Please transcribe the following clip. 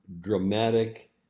dramatic